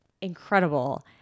incredible